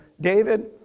David